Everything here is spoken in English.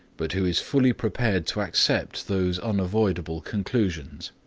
but who is fully prepared to accept those unavoidable conclusions.